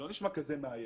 לא נשמע כזה מאיים.